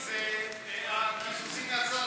זה דווקא לא המחנה הציוני, זה הקיזוזים מהצד השני.